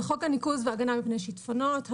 בחוק הניקוז וההגנה מפני שיטפונות,